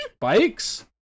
Bikes